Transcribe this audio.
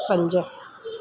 पंज